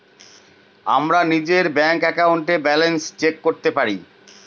আমরা নিজের ব্যাঙ্ক একাউন্টে ব্যালান্স চেক করতে পারি